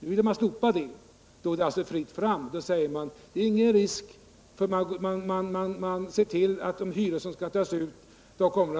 Det blir då fritt fram för höga priser. Mot detta sägs att det inte är någon risk för de statliga lånen på grund av de regler som gäller. Ja, det är riktigt. I det